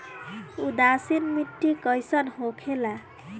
उदासीन मिट्टी कईसन होखेला?